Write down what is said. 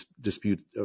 dispute